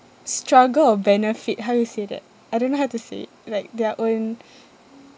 struggle or benefit how you say that I don't know how to say it like their own